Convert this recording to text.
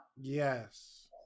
yes